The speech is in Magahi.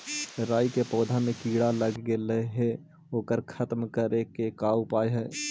राई के पौधा में किड़ा लग गेले हे ओकर खत्म करे के का उपाय है?